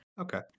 Okay